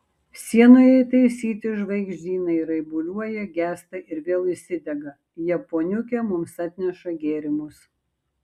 sienoje įtaisyti žvaigždynai raibuliuoja gęsta ir vėl įsidega japoniukė mums atneša gėrimus